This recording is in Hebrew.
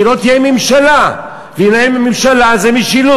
כי לא תהיה ממשלה, ואם אין ממשלה אין משילות.